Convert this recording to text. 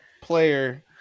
player